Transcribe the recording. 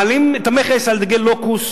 מעלים את המכס על דגי לוקוס,